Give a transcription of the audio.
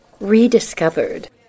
Rediscovered